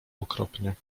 okropnie